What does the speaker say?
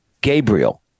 Gabriel